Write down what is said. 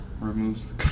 removes